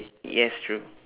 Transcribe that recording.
yes true